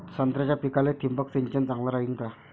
संत्र्याच्या पिकाले थिंबक सिंचन चांगलं रायीन का?